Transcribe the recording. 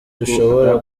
dushobora